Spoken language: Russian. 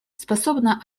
способна